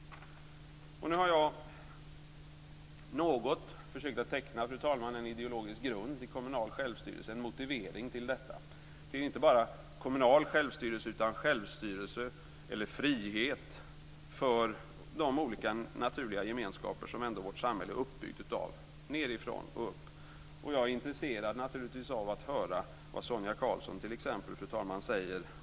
Nu har jag något försökt att teckna, fru talman, en ideologisk grund, en motivering, till kommunal självstyrelse - inte bara till kommunal självstyrelse utan till självstyrelse eller frihet för de olika naturliga gemenskaper som vårt samhälle ändå är uppbyggt av, nedifrån och upp. Jag är naturligtvis intresserad av att höra vad t.ex. Sonia Karlsson, fru talman, säger om detta.